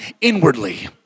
inwardly